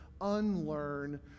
unlearn